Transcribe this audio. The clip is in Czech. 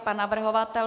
Pan navrhovatel.